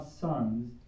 sons